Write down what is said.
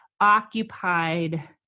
occupied